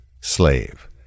Slave